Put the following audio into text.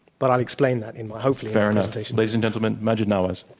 but i'll explain that and hopefully. fair enough. ladies and gentlemen, maajid nawaz.